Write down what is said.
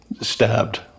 stabbed